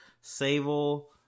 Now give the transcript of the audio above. sable